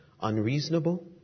unreasonable